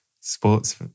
sports